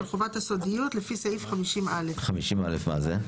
חובת הסודיות לפי סעיף 50א. 50א מה זה?